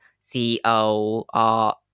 C-O-R-